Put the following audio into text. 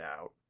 out